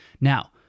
Now